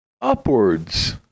upwards